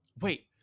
wait